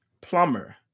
plumber